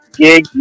gig